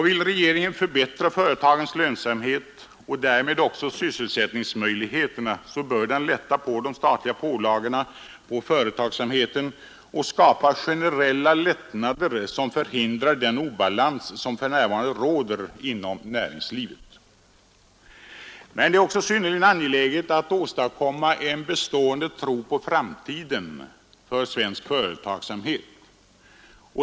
Vill regeringen förbättra företagens lönsamhet och därmed också sysselsättningsmöjligheterna bör den minska de statliga pålagorna på företagsamheten och skapa generella lättnader som förhindrar den obalans som för närvarande råder inom näringslivet. Men det är också synnerligen angeläget att åstadkomma en bestående tro på framtiden hos svensk företagsamhet.